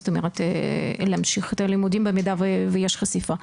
זאת אומרת להמשיך את הלימודים במידה ויש חשיפה.